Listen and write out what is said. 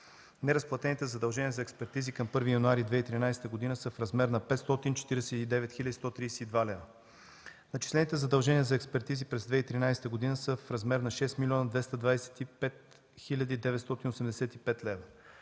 Неразплатените задължения за експертизи към 1 януари 2013 г. са в размер на 549 хил. 132 лв.; начислените задължения за експертизи през 2013 г. са в размер на 6 млн. 225 хил.